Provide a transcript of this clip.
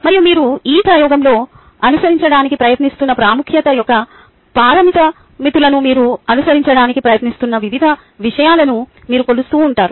మరియు మీరు ఈ ప్రయోగంలో అనుసరించడానికి ప్రయత్నిస్తున్న ప్రాముఖ్యత యొక్క పారామితులను మీరు అనుసరించడానికి ప్రయత్నిస్తున్న వివిధ విషయాలను మీరు కొలుస్తూ ఉంటారు